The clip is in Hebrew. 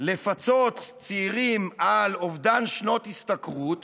לפצות צעירים על אובדן שנות השתכרות